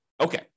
Okay